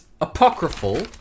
apocryphal